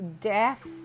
death